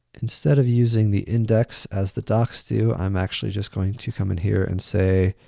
instead of using the index as the docs do, i'm actually just going to come in here and say,